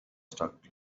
stuck